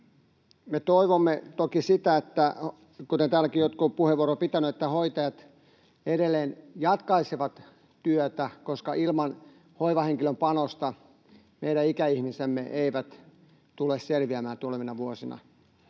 Me toivomme toki — kuten täälläkin jotkut puheenvuoron pitäneet — että hoitajat edelleen jatkaisivat työtä, koska ilman hoivahenkilöstön panosta meidän ikäihmisemme eivät tule selviämään tulevina vuosina,